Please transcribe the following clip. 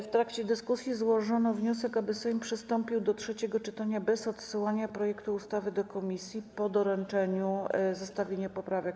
W trakcie dyskusji złożono wniosek, aby Sejm przystąpił do trzeciego czytania bez odsyłania projektu ustawy do komisji, oczywiście po doręczeniu zestawienia poprawek.